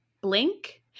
blink